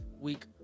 week